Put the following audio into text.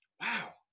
Wow